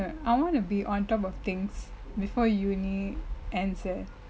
I want to be on top of things before uni answer